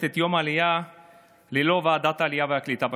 את יום העלייה ללא ועדת העלייה והקליטה בכנסת.